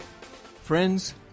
Friends